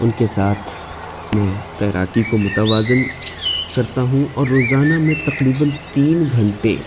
ان کے ساتھ میں تیراکی کو متوازن کرتا ہوں اور روزانہ میں تقریباً تین گھنٹے